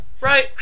right